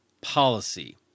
policy